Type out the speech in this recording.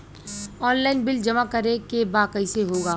Online bill जमा करे के बा कईसे होगा?